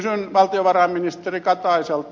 kysyn valtiovarainministeri kataiselta